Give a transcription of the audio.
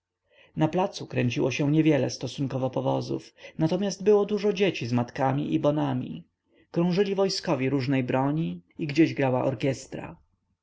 na placu kręciło się niewiele stosunkowo powozów natomiast było dużo dzieci z matkami i bonami krążyli wojskowi różnej broni i gdzieś grała orkiestra